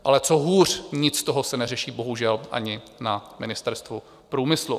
Ale co hůř, nic z toho se neřeší bohužel ani na Ministerstvu průmyslu.